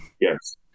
Yes